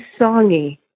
songy